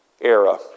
era